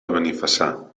benifassà